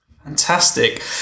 Fantastic